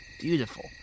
Beautiful